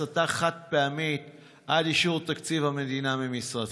הסטה חד-פעמית עד אישור תקציב המדינה ממשרדך.